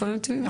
לפעמים תמימות.